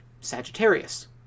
Sagittarius